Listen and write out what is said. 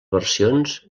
versions